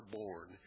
born